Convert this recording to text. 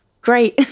great